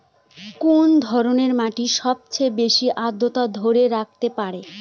কোন ধরনের মাটি সবচেয়ে বেশি আর্দ্রতা ধরে রাখতে পারে?